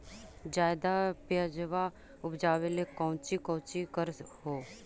ज्यादा प्यजबा उपजाबे ले कौची कौची कर हो?